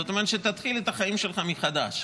זאת אומרת, תתחיל את החיים שלך מחדש.